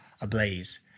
ablaze